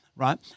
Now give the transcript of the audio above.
right